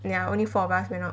ya only four of us went out